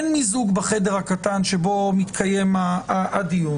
אין מיזוג בחדר הקטן שבו מתקיים הדיון.